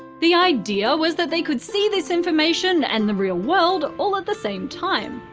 the idea was that they could see this information and the real world all at the same time.